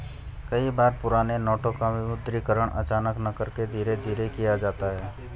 कई बार पुराने नोटों का विमुद्रीकरण अचानक न करके धीरे धीरे किया जाता है